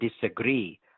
disagree